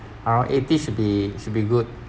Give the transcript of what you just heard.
around eighties should be should be good